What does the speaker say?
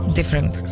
different